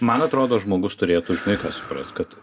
man atrodo žmogus turėtų žinai ką suprast kad